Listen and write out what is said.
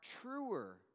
truer